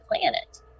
planet